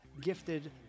gifted